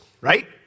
right